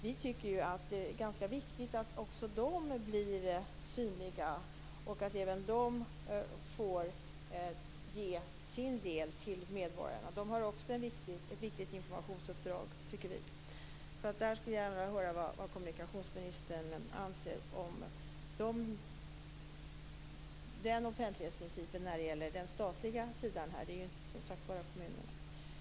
Vi tycker att det är ganska viktigt att också de blir synliga och att även de får ge sin del till medborgarna. De har också ett viktigt informationsuppdrag. Jag skulle gärna vilja höra vad kommunikationsministern anser om den offentlighetsprincipen när det gäller den statliga sidan. Det gäller inte bara kommunerna.